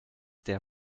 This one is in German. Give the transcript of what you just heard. der